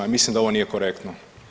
Mislim da ovo nije korektno.